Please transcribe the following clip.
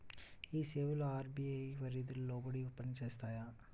ఈ సేవలు అర్.బీ.ఐ పరిధికి లోబడి పని చేస్తాయా?